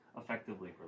effectively